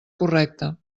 correcta